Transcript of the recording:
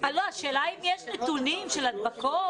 השאלה היא האם יש נתונים של הדבקות.